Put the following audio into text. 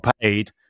paid